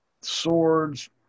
swords